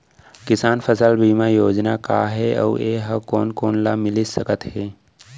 किसान फसल बीमा योजना का हे अऊ ए हा कोन कोन ला मिलिस सकत हे?